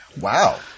Wow